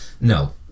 No